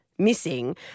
Missing